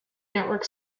network